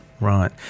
right